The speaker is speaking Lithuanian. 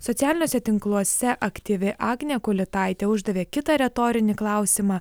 socialiniuose tinkluose aktyvi agnė kulitaitė uždavė kitą retorinį klausimą